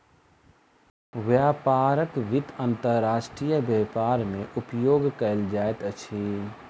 व्यापारक वित्त अंतर्राष्ट्रीय व्यापार मे उपयोग कयल जाइत अछि